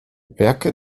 werke